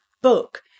book